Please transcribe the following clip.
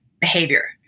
behavior